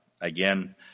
Again